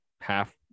Half